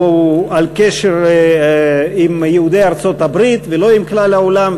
הוא על קשר עם יהודי ארצות-הברית ולא עם כלל העולם,